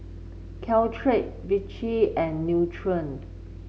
Caltrate Vichy and Nutren